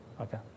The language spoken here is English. Okay